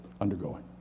undergoing